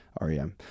rem